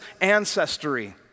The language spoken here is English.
ancestry